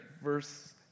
verse